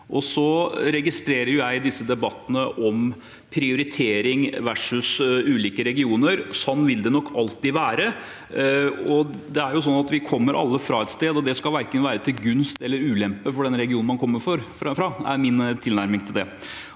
Jeg registrerer disse debattene om prioritering versus ulike regioner. Sånn vil det nok alltid være. Vi kommer alle fra et sted, og det skal verken være til gunst eller ulempe for den regionen man kommer fra.